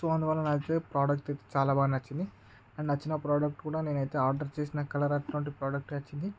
so అందువల్ల నాకైతే product అయితే చాలా బాగా నచ్చింది అండ్ నచ్చిన ప్రోడక్ట్ కూడా నేను అయితే ఆర్డర్ చేసిన కలర్ అటువంటి కలర్ ప్రొడక్ట్ వచ్చింది